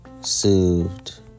soothed